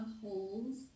Holes